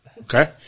Okay